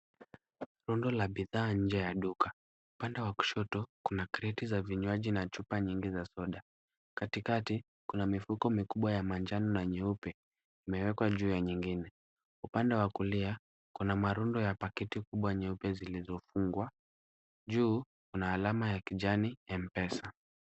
Rundo la bidhaa nje ya duka. Upande wa kushoto kuna kreti za vinywaji na chupa nyingi za soda. Katikati, kuna mifuko mikubwa ya manjano na nyeupe, zimewekwa juu ya nyingine. Upande wa kulia kuna marundo ya paketi kubwa nyeupe zilizofungwa. Juu kuna alama ya kijani M-Pesa.